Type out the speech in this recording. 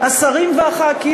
השרים וחברי הכנסת,